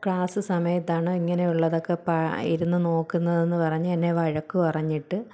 class സമയത്താണോ ഇങ്ങനെയുള്ളതൊക്കെ പാട്ട് ഇരുന്നു നോക്കുന്നതെന്ന് പറഞ്ഞ് എന്നെ വഴക്കു പറഞ്ഞിട്ട്